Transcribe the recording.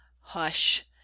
hush